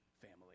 family